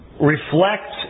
reflect